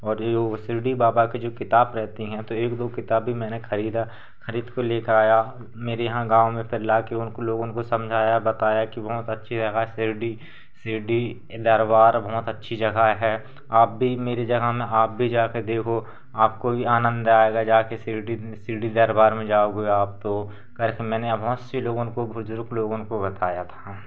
और यह वह शिरडी बाबा की जो किताब रहती हैं तो एक दो किताब भी मैंने ख़रीदा ख़रीद को लेकर आया मेरे यहाँ गाँव में पहले लाकर उनको लोगों को समझाया बताया कि बहुत अच्छी लगा शिरडी शिरडी दरबार बहुत अच्छी जगह है आप भी मेरे जगह में आप भी जाकर देखो आप को भी आनंद आएगा जाकर शिरडी शिरडी दरबार में जाओगे आप तो मैंने बहुत सी लोगों को बुज़ुर्ग लोगों को बताया था